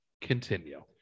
Continue